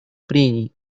прений